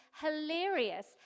hilarious